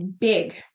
big